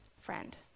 friend